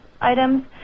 items